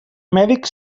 mèdic